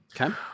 Okay